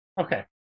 Okay